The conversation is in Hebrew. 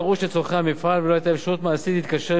ולא היתה אפשרות מעשית להתקשר עם גורם חיצוני לשם כך.